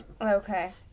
Okay